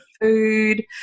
food